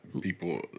people